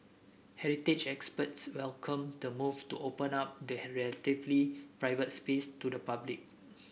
heritage experts welcomed the move to open up the relatively private space to the public